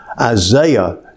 Isaiah